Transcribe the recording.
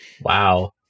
Wow